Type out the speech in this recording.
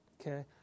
Okay